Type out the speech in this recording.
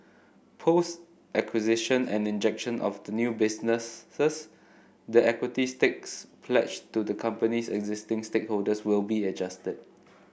post acquisition and injection of the new businesses the equity stakes pledged to the company's existing stakeholders will be adjusted